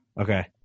Okay